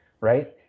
Right